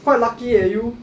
quite lucky eh you